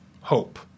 hope